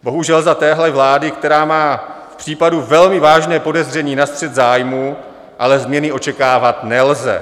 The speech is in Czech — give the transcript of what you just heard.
Bohužel, za téhle vlády, která má v případu velmi vážné podezření na střet zájmů, ale změny očekávat nelze.